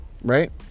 right